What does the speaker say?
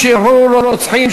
שחרור רוצחים),